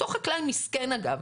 אותו חקלאי מסכן אגב,